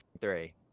three